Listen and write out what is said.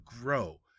grow